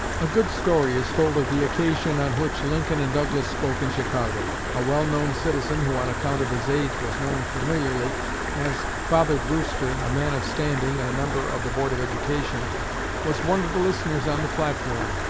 a good story is told of the occasion on which lincoln and douglas spoke in chicago. a well-known citizen who on account of his age was known familiarly as father brewster a man of standing, and a member of the board of education was one of the listeners on the platform.